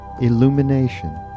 illumination